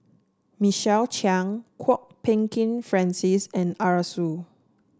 Michael Chiang Kwok Peng Kin Francis and Arasu